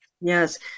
Yes